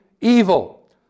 evil